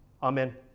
Amen